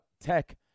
tech